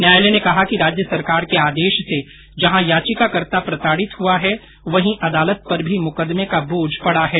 न्यायालय ने कहा कि राज्य सरकार के आदेश से जहां याचिकाकर्ता प्रताडित हुआ है वही अदालत पर भी मुकदमे का बोझ पडा है